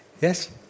Yes